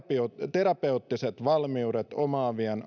terapeuttiset valmiudet omaavia